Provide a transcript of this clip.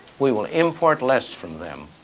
we will import less from them.